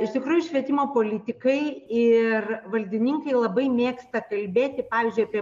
iš tikrųjų švietimo politikai ir valdininkai labai mėgsta kalbėti pavyzdžiui apie